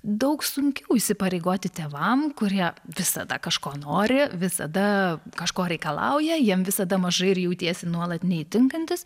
daug sunkiau įsipareigoti tėvam kurie visada kažko nori visada kažko reikalauja jiem visada mažai ir jautiesi nuolat neįtinkantis